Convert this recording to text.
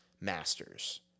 masters